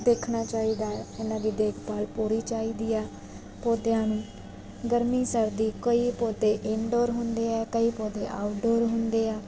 ਦੇਖਣਾ ਚਾਹੀਦਾ ਹੈ ਇਹਨਾ ਦੀ ਦੇਖਭਾਲ ਪੂਰੀ ਚਾਹੀਦੀ ਹੈ ਪੌਦਿਆਂ ਨੂੰ ਗਰਮੀ ਸਰਦੀ ਕਈ ਪੌਦੇ ਇਨਡੋਰ ਹੁੰਦੇ ਆ ਕਈ ਪੌਦੇ ਆਊਟਡੋਰ ਹੁੰਦੇ ਆ